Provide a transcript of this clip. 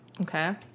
Okay